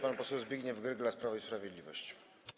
Pan poseł Zbigniew Gryglas, Prawo i Sprawiedliwość.